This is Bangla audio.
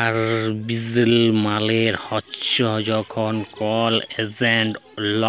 আরবিট্রেজ মালে হ্যচ্যে যখল কল এসেট ওল্য